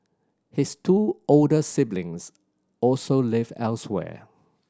his two older siblings also live elsewhere